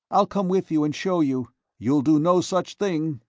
i'll come with you and show you you'll do no such thing,